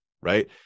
right